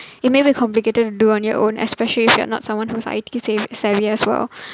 it may be complicated to do on your own especially if you're not someone who's I_T savvy savvy as well